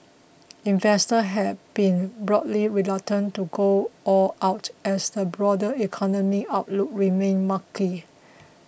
investor have been broadly reluctant to go all out as the broader economy outlook remained murky